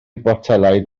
botelaid